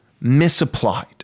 misapplied